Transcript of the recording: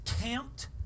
camped